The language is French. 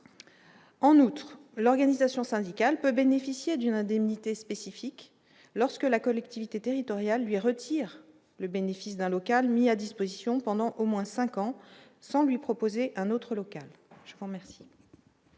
en outre l'organisation syndicale peut bénéficier d'une indemnité spécifique lorsque la collectivité territoriale lui retire le bénéfice d'un local mis à disposition pendant au moins 5 ans sans lui proposer un autre local, je vous remercie.